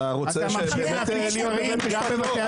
אתה רוצה באמת להיות בבית משפט?